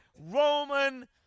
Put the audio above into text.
Roman